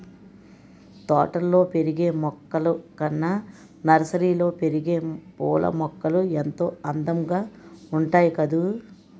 తోటల్లో పెరిగే మొక్కలు కన్నా నర్సరీలో పెరిగే పూలమొక్కలు ఎంతో అందంగా ఉంటాయి కదూ